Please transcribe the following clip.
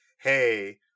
Hey